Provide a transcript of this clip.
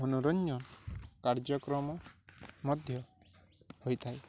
ମନୋରଞ୍ଜନ କାର୍ଯ୍ୟକ୍ରମ ମଧ୍ୟ ହୋଇଥାଏ